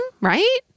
Right